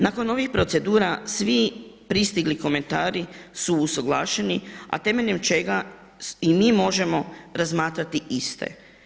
Nakon ovih procedura svi pristigli komentari su usuglašeni a temeljem čega i mi možemo razmatrati iste.